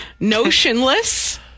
Notionless